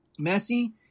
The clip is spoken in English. Messi